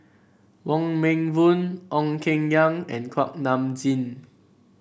Wong Meng Voon Ong Keng Yong and Kuak Nam Jin